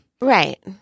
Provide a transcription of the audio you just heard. Right